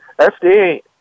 FDA